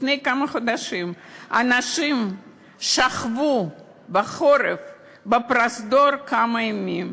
לפני כמה חודשים אנשים שכבו בחורף בפרוזדור כמה ימים.